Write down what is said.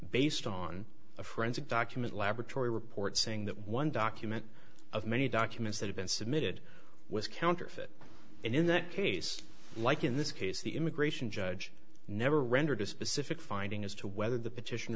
based on a forensic document laboratory report saying that one document of many documents that have been submitted was counterfeit and in that case like in this case the immigration judge never rendered a specific finding as to whether the petition